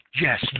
Yes